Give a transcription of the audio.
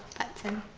button